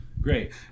great